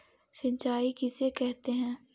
सिंचाई किसे कहते हैं?